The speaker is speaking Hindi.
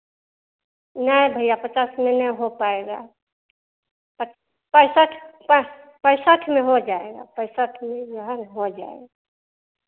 नहीं भैया पचास में नहीं हो पाएगा पैंसठ पैंसठ में हो जाएगा पैंसठ में जो है ना हो जाएगा